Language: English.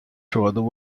throughout